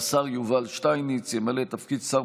והשר יובל שטייניץ ימלא את תפקיד שר